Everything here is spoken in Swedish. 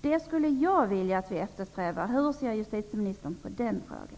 Det skulle jag vilja eftersträva. Hur ser justitieministern på den frågan?